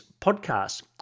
podcast